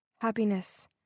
Happiness